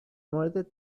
موردت